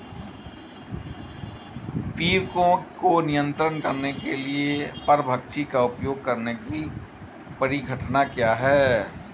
पीड़कों को नियंत्रित करने के लिए परभक्षी का उपयोग करने की परिघटना क्या है?